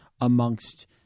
amongst